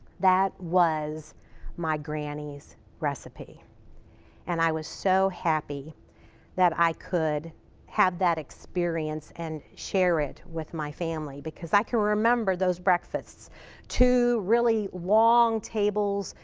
that was my granny's recipe and i was so happy that i could have that experience and share it with my family. because i can remember those breakfasts really long tables,